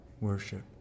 worship